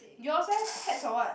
yours eh pets or what